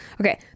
Okay